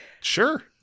sure